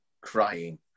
crying